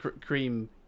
cream